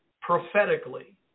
prophetically